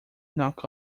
knock